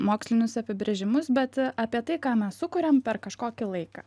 mokslinius apibrėžimus bet apie tai ką mes sukuriam per kažkokį laiką